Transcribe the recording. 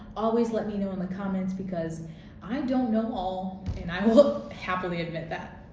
always let me know in the comments because i don't know all and i will happily admit that.